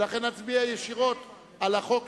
ולכן נצביע ישירות על החוק,